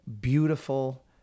beautiful